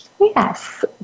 Yes